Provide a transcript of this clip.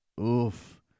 oof